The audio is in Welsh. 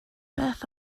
beth